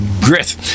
grit